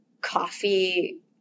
coffee